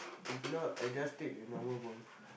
if not I just take the normal ball